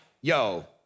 yo